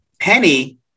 Penny